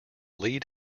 lead